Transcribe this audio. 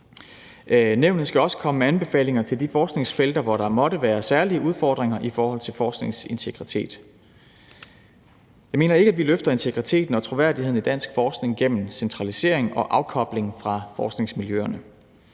Nævnet skal også komme med anbefalinger til de forskningsfelter, hvor der måtte være særlige udfordringer i forhold til forskningens integritet. Jeg mener ikke, at vi løfter integriteten og troværdigheden i dansk forskning gennem centralisering og afkobling fra forskningsmiljøerne.